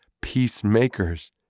peacemakers